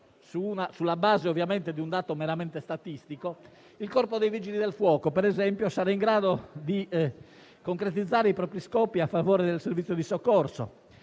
sulla base di un dato meramente statistico, il Corpo dei vigili del fuoco, per esempio, sarà in grado di concretizzare i propri scopi a favore del servizio di soccorso: